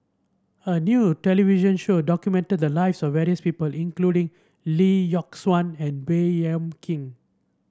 a new television show documented the lives of various people including Lee Yock Suan and Baey Yam Keng